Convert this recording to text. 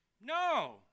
No